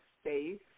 space